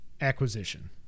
acquisition